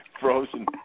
Frozen